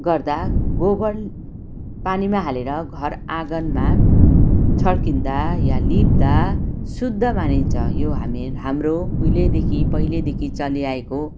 गर्दा गोबर पानीमा हालेर घर आँगनमा छर्किँदा या लिप्दा शुद्ध मानिन्छ यो हामी हाम्रो यो उइलेदेखि पहिल्यैदेखि चलिआएको